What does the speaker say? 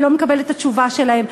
אני לא מקבלת את התשובה שלהם.